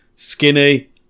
Skinny